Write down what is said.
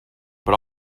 but